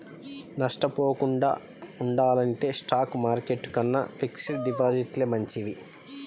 నష్టపోకుండా ఉండాలంటే stock market కన్నా ఫిక్స్డ్ డిపాజిట్లే మంచివి